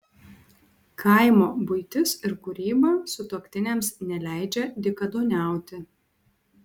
kaimo buitis ir kūryba sutuoktiniams neleidžia dykaduoniauti